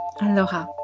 Aloha